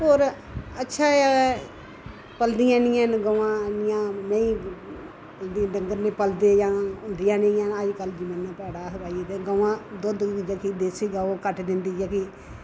होर अच्छा ऐ पलदियां निं हैन गौआं इ'न्नियां मेहीं डंगर निं पलदे जां हुन्दियां निं ऐ अज्ज्कल जमान्ना भैड़ा हा ते भई गौआं देसी गौऽ घट्ट दिन्दी जेह्की